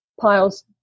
piles